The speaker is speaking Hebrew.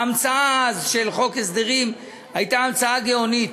ההמצאה של חוק הסדרים הייתה המצאה גאונית,